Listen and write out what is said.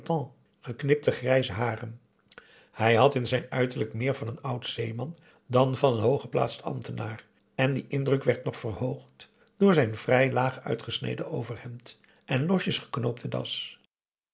geknipte grijze haren hij had in zijn uiterlijk meer van een oud zeeman dan van een hooggeplaatst ambtenaar en die indruk werd nog verhoogd door zijn vrij laag uitgesneden overhemd en losjes geknoopte das